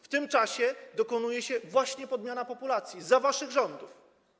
W tym czasie dokonuje się właśnie podmiana populacji, za waszych rządów.